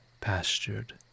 pastured